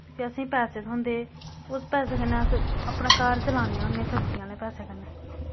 फ्ही असें पैसे थोंदे उस पैसे कन्नै अस अपना घर चलाने होने सब्जियें आह्ले पैसे कन्नै